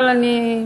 אבל אני,